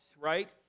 right